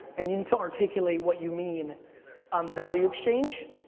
and you need to articulate what you mean on the value exchange.